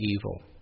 evil